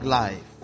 life